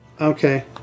Okay